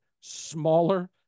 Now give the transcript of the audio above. smaller